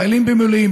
חיילים במילואים,